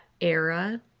era